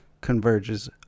converges